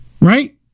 Right